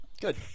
Good